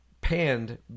panned